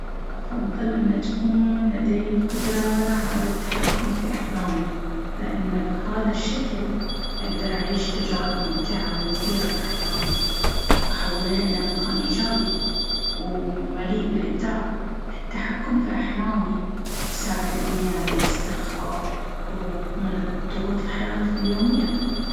أفضل أن تكون لدي القدرة على التحكم في أحلامي. لأن بهذا الشكل، أقدر أعيش تجارب ممتعة ومثيرة في أحلامي، وأحولها إلى مكان إيجابي ومليء بالإبداع. التحكم في أحلامي بيساعدني على الاسترخاء والهروب من ضغوط الحياة اليومية.